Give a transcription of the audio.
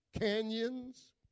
canyons